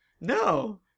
No